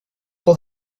will